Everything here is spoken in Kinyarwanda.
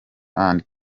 and